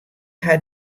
haw